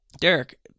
Derek